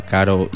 Caro